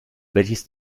welches